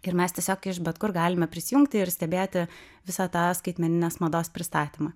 ir mes tiesiog iš bet kur galime prisijungti ir stebėti visą tą skaitmeninės mados pristatymą